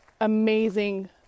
amazing